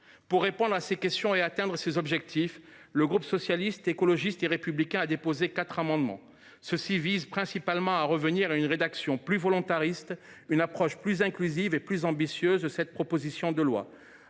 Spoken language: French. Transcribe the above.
Pour répondre à ces questions et atteindre ces objectifs, le groupe Socialiste, Écologiste et Républicain a déposé quatre amendements. Ceux ci visent principalement à revenir à une rédaction plus volontariste et à une approche plus inclusive et plus ambitieuse de cette proposition de loi,